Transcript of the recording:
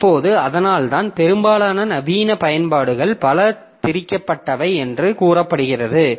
இப்போது அதனால்தான் பெரும்பாலான நவீன பயன்பாடுகள் பல திரிக்கப்பட்டவை என்று கூறப்படுகிறது